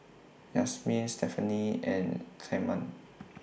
Yasmine Stephany and Clemma